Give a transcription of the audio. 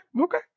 Okay